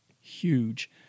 huge